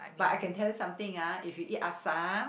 but I can tell you something ah if you eat assam